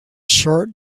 short